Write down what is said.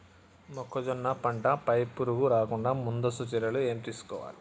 మొక్కజొన్న పంట పై పురుగు రాకుండా ముందస్తు చర్యలు ఏం తీసుకోవాలి?